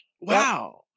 Wow